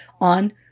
on